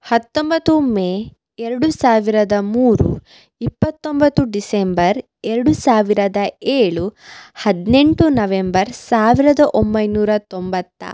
ಹತ್ತೊಂಬತ್ತು ಮೇ ಎರಡು ಸಾವಿರದ ಮೂರು ಇಪ್ಪತ್ತೊಂಬತ್ತು ಡಿಸೆಂಬರ್ ಎರಡು ಸಾವಿರದ ಏಳು ಹದಿನೆಂಟು ನವೆಂಬರ್ ಸಾವಿರದ ಒಂಬೈನೂರ ತೊಂಬತ್ತ